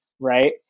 Right